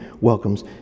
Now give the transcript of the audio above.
welcomes